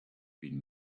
been